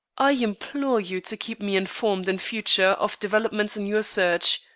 i implore you to keep me informed in future of developments in your search.